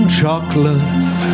chocolates